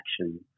action